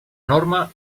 norma